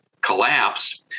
collapse